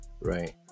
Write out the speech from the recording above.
right